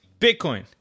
Bitcoin